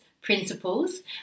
principles